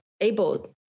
able